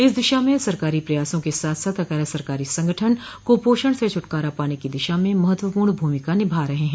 इस दिशा में सरकारी प्रयासों के साथ साथ गैर सरकारी संगठन कुपोषण से छुटकारा पाने की दिशा में महत्वपूर्ण भूमिका निभा रहे हैं